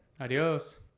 adios